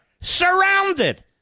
surrounded